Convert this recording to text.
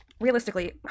realistically